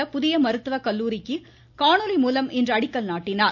உள்ள புதிய மருத்துவ கல்லூரிக்கு காணொலி மூலம் இன்று அடிக்கல் நாட்டினார்